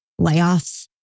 layoffs